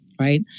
right